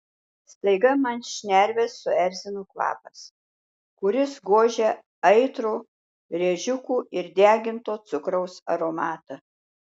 staiga man šnerves suerzino kvapas kuris gožė aitrų rėžiukų ir deginto cukraus aromatą